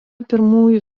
pirmųjų